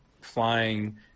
flying